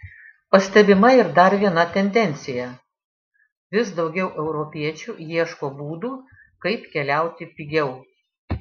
pastebima ir dar viena tendencija vis daugiau europiečių ieško būdų kaip keliauti pigiau